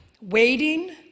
waiting